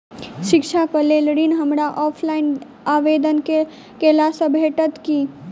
शिक्षा केँ लेल ऋण, हमरा ऑफलाइन आवेदन कैला सँ भेटतय की?